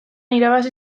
irabazi